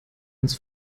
ins